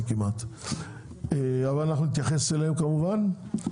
כמעט אבל אנחנו נתייחס אליהם כמובן.